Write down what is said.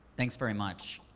thanks very much.